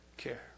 care